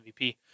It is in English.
MVP